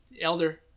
elder